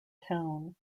town